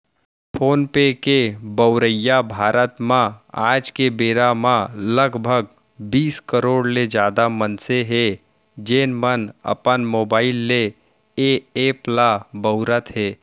phone पे के बउरइया भारत म आज के बेरा म लगभग बीस करोड़ ले जादा मनसे हें, जेन मन अपन मोबाइल ले ए एप ल बउरत हें